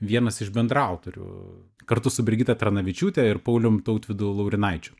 vienas iš bendraautorių kartu su brigita tranavičiūte ir paulium tautvydu laurinaičiu